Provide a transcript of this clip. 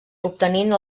obtenint